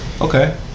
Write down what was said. Okay